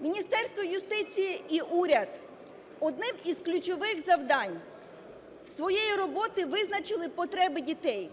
Міністерство юстиції і уряд одним із ключових завдань своєї роботи визначили потреби дітей.